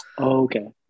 Okay